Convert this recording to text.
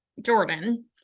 Jordan